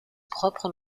propre